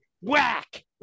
whack